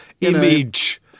Image